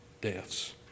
deaths